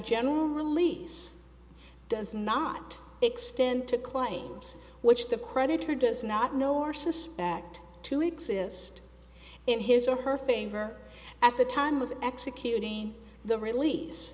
general release does not extend to claims which the creditor does not know or suspect to exist in his or her finger at the time of executing the release